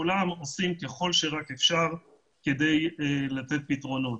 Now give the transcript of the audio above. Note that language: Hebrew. כולנו עושים ככל שרק אפשר כדי לתת פתרונות.